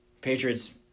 Patriots